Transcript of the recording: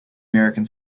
american